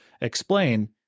explain